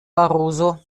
barroso